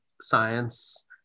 science